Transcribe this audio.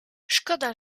szkoda